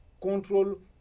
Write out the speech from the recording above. control